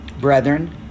Brethren